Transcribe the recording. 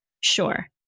sure